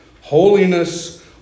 Holiness